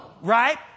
right